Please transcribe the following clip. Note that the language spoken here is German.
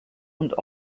und